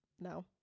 no